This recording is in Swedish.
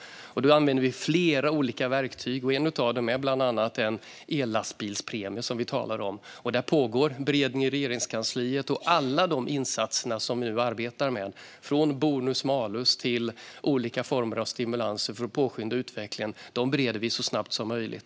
Då använder vi flera olika verktyg, och ett av dem är en ellastbilspremie. Det pågår beredning i Regeringskansliet. Alla insatser som vi nu arbetar med, från bonus-malus till olika former av stimulanser för att påskynda utvecklingen, bereder vi så snabbt som möjligt.